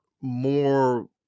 more